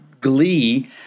glee